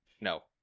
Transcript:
no